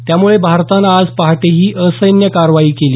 त्यामुळे भारतानं आज पहाटे ही असैन्य कारवाई केली